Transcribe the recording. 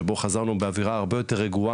שבו חזרנו באווירה הרבה יותר רגועה,